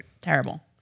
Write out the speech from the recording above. terrible